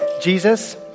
Jesus